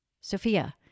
Sophia